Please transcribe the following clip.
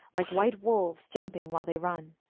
like white wolves jumping while they run,